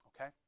okay